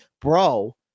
Bro